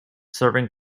serving